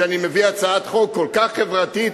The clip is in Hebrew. אני מביא הצעת חוק כל כך חברתית,